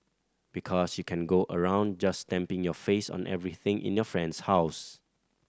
because you can go around just stamping your face on everything in your friend's house